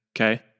Okay